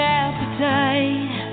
appetite